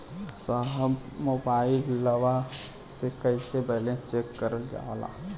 साहब मोबइलवा से कईसे बैलेंस चेक करल जाला?